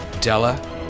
Della